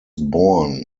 born